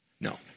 No